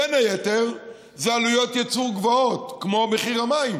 ובין היתר זה עלויות ייצור גבוהות, כמו מחיר המים,